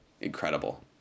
incredible